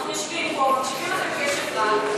אנחנו יושבים פה, מקשיבים לכם קשב רב,